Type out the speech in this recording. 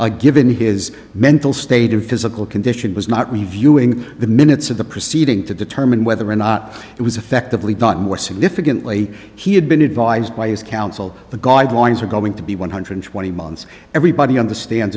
a given his mental state or physical condition was not reviewing the minutes of the proceeding to determine whether or not it was effectively done more significantly he had been advised by his counsel the guidelines are going to be one hundred twenty months everybody understands